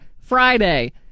friday